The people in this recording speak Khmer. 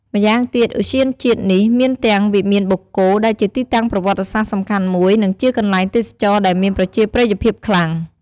ម៉្យាងទៀត ឧទ្យានជាតិនេះមានទាំងវិមានបូកគោ ដែលជាទីតាំងប្រវត្តិសាស្ត្រសំខាន់មួយ និងជាកន្លែងទេសចរដែលមានប្រជាប្រិយភាពខ្លាំង។